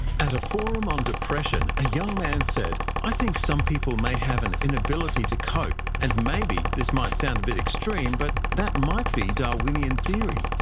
at a forum on depression a young man said i think some people may have an inability to cope, and maybe this might sound a bit extreme, but that might be darwinian theory.